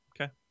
Okay